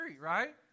right